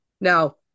now